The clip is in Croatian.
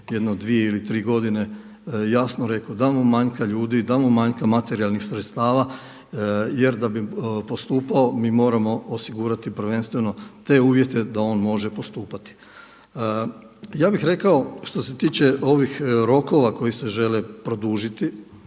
jedno 2 ili 3 godine jasno rekao da mu manjka ljudi, da mu manjka materijalnih sredstava jer da bi postupao mi moramo osigurati prvenstveno te uvjete da on može postupati. Ja bih rekao što se tiče ovih rokova koji se žele produžiti,